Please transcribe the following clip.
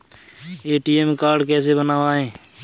ATM card कैसे बनवाएँ?